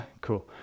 cool